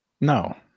No